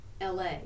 LA